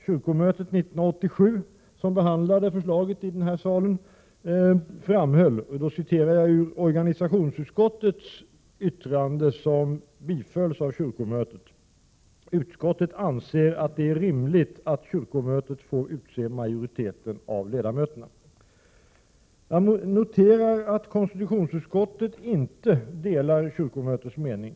Kyrkomötet 1987, som behandlade förslaget här i salen, framhöll — jag citerar ur organisationsutskottets yttrande: ”Utskottet anser vidare att det är rimligt att kyrkomötet får utse majoriteten av ledamöterna.” Jag noterar att konstitutionsutskottet inte delar kyrkomötets mening.